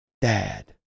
dad